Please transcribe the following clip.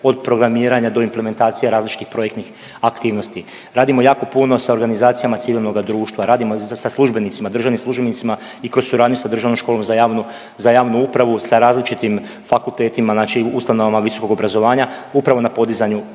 od programiranja do implementacije različitih projektnih aktivnosti, radimo jako puno sa organizacijama civilnoga društva, radimo sa službenicima, državnim službenicima i kroz suradnju sa Državnom školom za javnu, za javnu upravu, sa različitim fakultetima, znači ustanovama visokog obrazovanja upravo na podizanju